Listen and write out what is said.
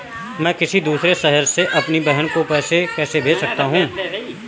मैं किसी दूसरे शहर से अपनी बहन को पैसे कैसे भेज सकता हूँ?